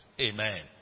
Amen